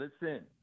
Listen